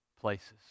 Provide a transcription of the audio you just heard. places